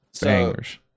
Bangers